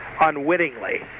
unwittingly